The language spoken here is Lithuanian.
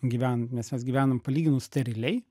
gyven nes mes gyvenam palyginus steriliai